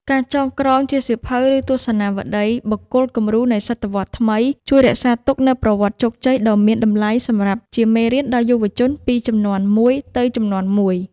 ការចងក្រងជាសៀវភៅ ឬទស្សនាវដ្ដី «បុគ្គលគំរូនៃសតវត្សរ៍ថ្មី» ជួយរក្សាទុកនូវប្រវត្តិជោគជ័យដ៏មានតម្លៃសម្រាប់ជាមេរៀនដល់យុវជនពីជំនាន់មួយទៅជំនាន់មួយ។